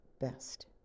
best